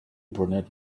brunette